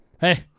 Hey